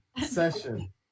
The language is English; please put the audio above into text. session